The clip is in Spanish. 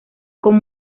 con